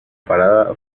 parada